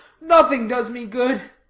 nothing does me good.